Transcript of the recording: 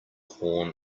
horn